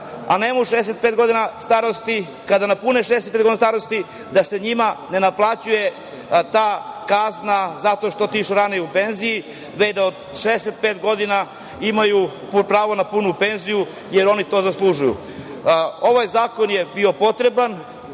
a nemaju 65 godina starosti kada napune 65 godina starosti da se njima ne naplaćuje kazna zato što je otišao ranije u penziju nego da od 65 godina imaju puno pravo na punu penziju, jer oni to zaslužuju. Ovaj zakon je bio potreban,